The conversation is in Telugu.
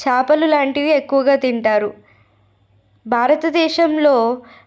చేపలు లాంటివి ఎక్కువగా తింటారు భారతదేశంలో